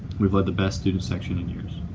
we've led the best student section in years,